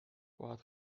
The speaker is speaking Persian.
باید